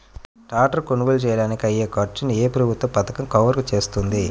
Tractor కొనుగోలు చేయడానికి అయ్యే ఖర్చును ఏ ప్రభుత్వ పథకం కవర్ చేస్తుంది?